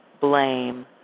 blame